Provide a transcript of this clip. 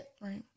Right